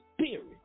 Spirit